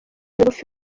migufi